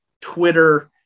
twitter